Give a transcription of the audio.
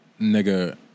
Nigga